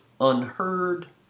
unheard